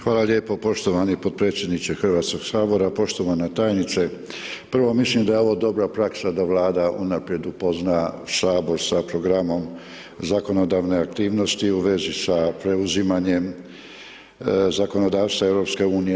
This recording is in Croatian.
Hvala lijepo poštovani podpredsjedniče Hrvatskog sabora, poštovana tajnice, prvo mislim da je ovo dobra praksa da Vlada unaprijed upozna sabor sa programom zakonodavne aktivnosti u vezi sa preuzimanjem zakonodavstva EU.